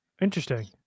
Interesting